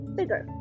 bigger